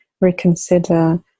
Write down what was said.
reconsider